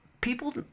people